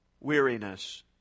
Weariness